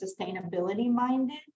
sustainability-minded